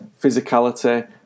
physicality